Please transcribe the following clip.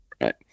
Right